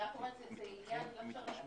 אני רק אומרת שזה עניין גם לחשיבה.